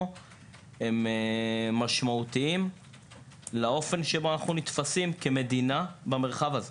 הם משמעותיים לאופן שבו אנחנו נתפסים כמדינה במרחב הזה.